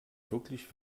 wirklich